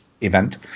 event